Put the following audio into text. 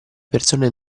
persone